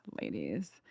Ladies